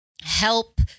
help